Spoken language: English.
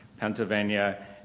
Pennsylvania